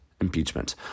impeachment